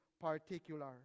particular